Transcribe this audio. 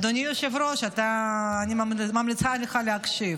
אדוני היושב-ראש, אני ממליצה לך להקשיב.